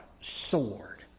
sword